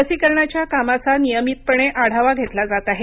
लसीकरणाच्या कामाचा नियमितपणे आढावा घेतला जात आहे